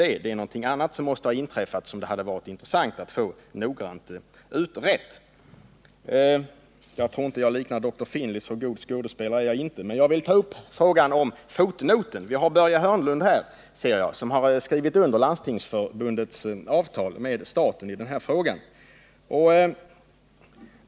Det måste ha varit någonting annat som inträffade, som det hade varit intressant att få noggrant utrett. Jag tror inte jag liknar doktor Finlay, så god skådespelare är jag inte. Men jag vill ta upp frågan om fotnoten. Vi har Börje Hörnlund här, ser jag, som har skrivit under Landstingsförbundets avtal med staten i denna fråga.